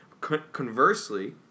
conversely